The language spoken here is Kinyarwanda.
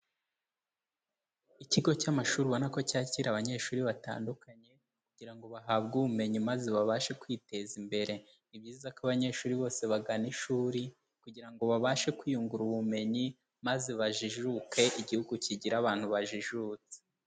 Ikigo cy'amashuri ubona ko cyakira abanyeshuri batandukanye kugira ngo bahabwe ubumenyi maze babashe kwiteza imbere, ni byiza ko abanyeshuri bose bagana ishuri kugira ngo babashe kwiyungura ubumenyi, maze bajijuke, igihugu kigire abantu bajijutse.